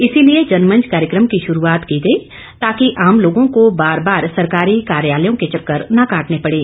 इसीलिए जनमंच कार्यक्रम की शुरूआत की गई ताकि आम लोगों को बार बार सरकारी कार्यालयों के चक्कर न काटने पड़े